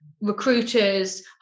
recruiters